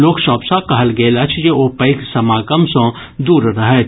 लोक सभ सँ कहल गेल अछि जे ओ पैघ समागम सँ दूर रहथि